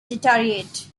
deteriorate